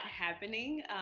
happening